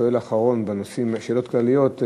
השואל האחרון בשאלות הכלליות,